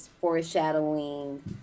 foreshadowing